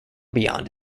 beyond